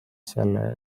selle